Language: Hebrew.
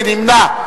מי נמנע?